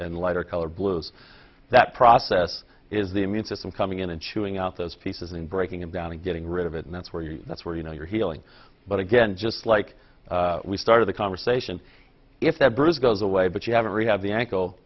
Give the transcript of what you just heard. lighter colored blues that process is the immune system coming in and chewing out those pieces and breaking it down and getting rid of it and that's where you that's where you know you're healing but again just like we started the conversation if that bruise goes away but you have a rehab the ankle